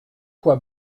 quoi